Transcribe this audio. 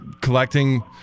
collecting